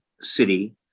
city